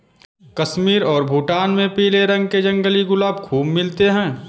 कश्मीर और भूटान में पीले रंग के जंगली गुलाब खूब मिलते हैं